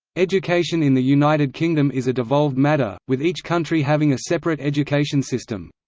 education in the united kingdom is a devolved matter, with each country having a separate education system.